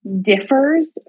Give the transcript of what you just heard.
differs